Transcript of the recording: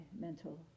mental